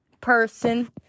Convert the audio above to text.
person